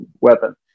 weapon